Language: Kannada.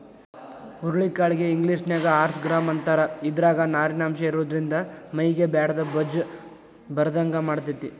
ಹುರುಳಿ ಕಾಳಿಗೆ ಇಂಗ್ಲೇಷನ್ಯಾಗ ಹಾರ್ಸ್ ಗ್ರಾಂ ಅಂತಾರ, ಇದ್ರಾಗ ನಾರಿನಂಶ ಇರೋದ್ರಿಂದ ಮೈಗೆ ಬ್ಯಾಡಾದ ಬೊಜ್ಜ ಬರದಂಗ ಮಾಡ್ತೆತಿ